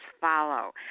follow